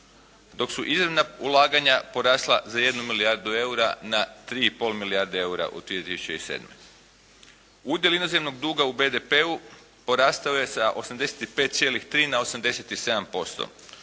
dok su INA-ina ulaganja porasla za 1 milijardu eura na 3,5 milijarde u 2007. Udjel inozemnog duga u BDP-u porastao je sa 85,3 na 87%